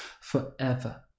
forever